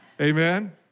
Amen